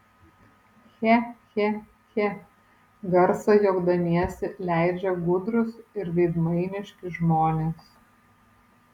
che che che garsą juokdamiesi leidžia gudrūs ir veidmainiški žmonės